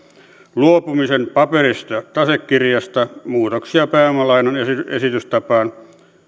luopumisen paperisesta tasekirjasta muutoksia pääomalainan esitystapaan